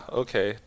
okay